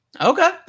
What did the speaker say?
Okay